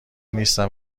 نیستن